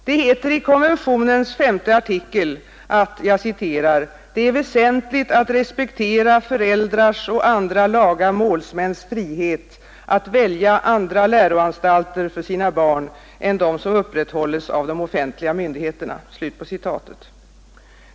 Det heter i konventionens femte artikel att det ”är väsentligt att respektera föräldrars och andra laga målsmäns frihet att välja andra läroanstalter för sina barn än dem som upprätthålles av de offentliga myndigheterna”.